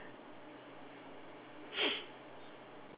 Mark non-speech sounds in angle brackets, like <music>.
<noise>